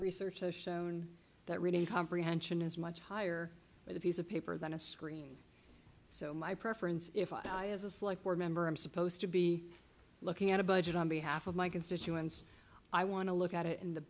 research has shown that reading comprehension is much higher than the piece of paper that a screen so my preference if i as a slike or member i'm supposed to be looking at a budget on behalf of my constituents i want to look at it in the